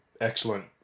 excellent